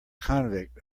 convict